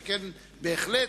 שכן בהחלט,